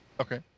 Okay